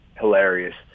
hilarious